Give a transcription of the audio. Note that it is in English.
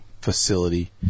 facility